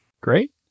Great